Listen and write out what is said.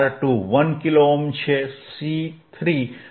R2 1 kilo ohm છે C3 0